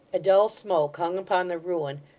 a dull smoke hung upon the ruin,